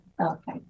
Okay